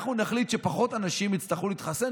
אנחנו נחליט שפחות אנשים יצטרכו להתחסן